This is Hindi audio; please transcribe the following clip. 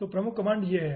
तो प्रमुख कमांड यह हैं